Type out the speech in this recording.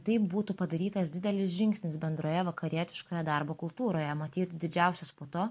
taip būtų padarytas didelis žingsnis bendroje vakarietiškoje darbo kultūroje matyt didžiausias po to